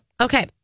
Okay